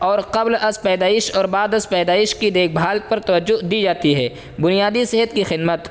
اور قبل از پیدائش اور بعد از پیدائش کی دیکھ بھال پر توجہ دی جاتی ہے بنیادی صحت کی خدمت